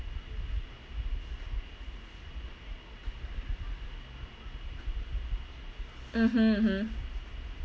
mmhmm mmhmm